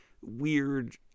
weird